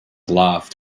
laughed